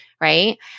right